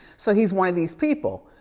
so, he's one of these people,